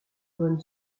von